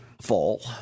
fall